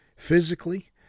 Physically